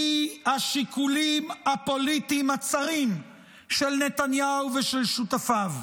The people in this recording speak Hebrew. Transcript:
היא השיקולים הפוליטיים הצרים של נתניהו ושל שותפיו.